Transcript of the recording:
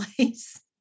place